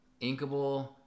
Inkable